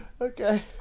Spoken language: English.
Okay